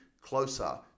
closer